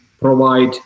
provide